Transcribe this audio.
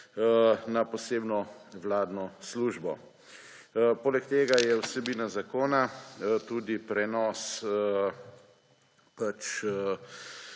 na posebno vladno službo. Poleg tega je vsebina zakona tudi prenos